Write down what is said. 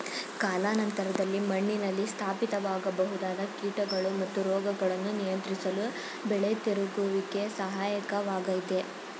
ಕಾಲಾನಂತರದಲ್ಲಿ ಮಣ್ಣಿನಲ್ಲಿ ಸ್ಥಾಪಿತವಾಗಬಹುದಾದ ಕೀಟಗಳು ಮತ್ತು ರೋಗಗಳನ್ನು ನಿಯಂತ್ರಿಸಲು ಬೆಳೆ ತಿರುಗುವಿಕೆ ಸಹಾಯಕ ವಾಗಯ್ತೆ